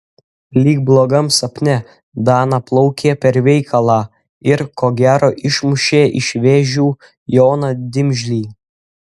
lyg blogam sapne dana plaukė per veikalą ir ko gero išmušė iš vėžių joną dimžlį